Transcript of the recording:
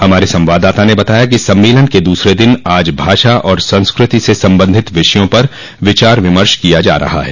हमारे संवाददाता ने बताया कि सम्मेलन के दूसरे दिन आज भाषा और संस्कृति से संबंधित विषयों पर विचार विमर्श किया जा रहा है